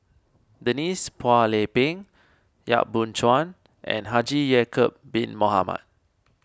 Denise Phua Lay Peng Yap Boon Chuan and Haji Ya'Acob Bin Mohamed